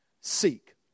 Seek